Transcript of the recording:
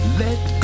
let